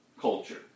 culture